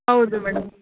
ಹೌದು ಮೇಡಮ್